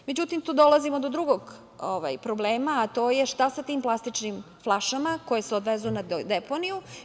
Međutim, tu dolazimo do drugog problema, a to je šta sa tim plastičnim flašama koje se odvezu na deponiju?